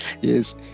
yes